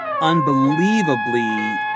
unbelievably